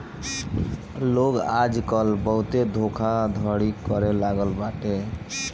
लोग आजकल बहुते धोखाधड़ी करे लागल बाटे